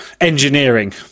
engineering